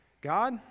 God